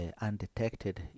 undetected